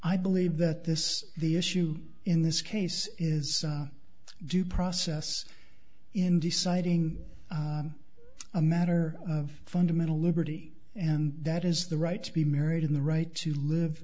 i believe that this the issue in this case is due process in deciding a matter of fundamental liberty and that is the right to be married in the right to live